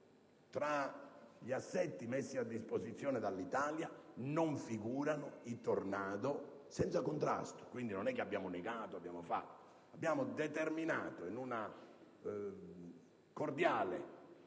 tra gli assetti messi a disposizione dall'Italia, non figurano i Tornado. Ripeto, senza contrasto: quindi non è che abbiamo negato tali assetti, ma abbiamo determinato in una cordiale